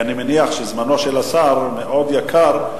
אני מניח שזמנו של השר מאוד יקר,